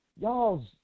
y'all